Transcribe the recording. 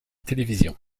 télévision